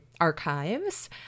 archives